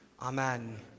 Amen